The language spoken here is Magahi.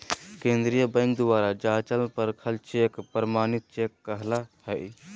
केंद्रीय बैंक द्वारा जाँचल परखल चेक प्रमाणित चेक कहला हइ